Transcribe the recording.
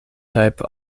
type